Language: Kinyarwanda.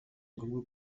ngombwa